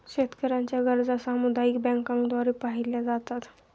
शेतकऱ्यांच्या गरजा सामुदायिक बँकांद्वारे पाहिल्या जातात